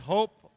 Hope